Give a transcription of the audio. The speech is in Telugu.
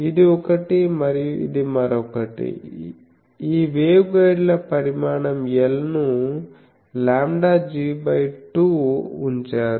ఇది ఒకటి మరియు ఇది మరొకటి ఈ వేవ్గైడ్ల పరిమాణం L ను λg 2 ఉంచారు